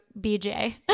BJ